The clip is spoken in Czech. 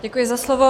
Děkuji za slovo.